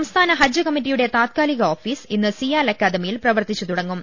സംസ്ഥാന ഹജ്ജ് കമ്മിറ്റിയുടെ താൽകാലിക ഓഫീസ് ഇന്ന് സിയാൽ അക്കാദമിയിൽ പ്രവർത്തിച്ച് തുടങ്ങും